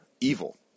evil